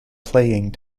playing